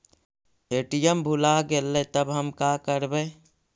ATM भुला गेलय तब हम काकरवय?